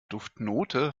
duftnote